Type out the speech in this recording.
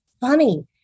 funny